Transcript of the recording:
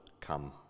come